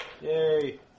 Yay